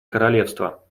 королевство